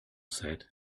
said